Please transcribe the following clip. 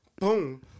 Boom